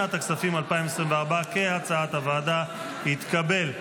לשנת הכספים 2024, כהצעת הוועדה, התקבל.